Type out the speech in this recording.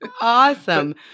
Awesome